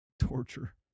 Torture